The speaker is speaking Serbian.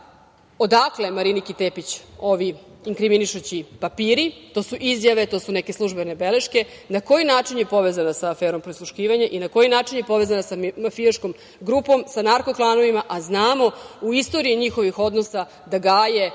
odakle Mariniki Tepić ovi inkriminišući papiri, to su izjave, neke službene beleške, na koji način je povezana sa aferom prisluškivanje i na koji način je povezana sa mafijaškom grupom, sa narko-klanovima, a znamo u istoriji njihovih odnosa da gaje